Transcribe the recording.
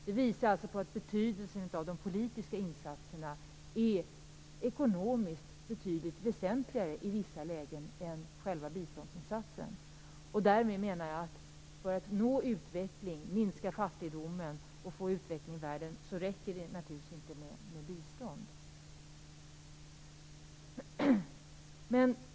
Det visar alltså på att de politiska insatserna är ekonomiskt betydligt väsentligare i vissa lägen än själva biståndsinsatsen. Därför räcker det naturligtvis inte med bistånd för att man skall nå utveckling i världen och minska fattigdomen.